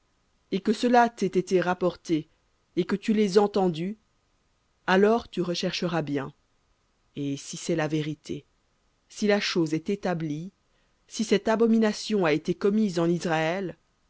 et que cela t'ait été rapporté et que tu l'aies entendu alors tu rechercheras bien et si c'est la vérité si la chose est établie si cette abomination a été commise en israël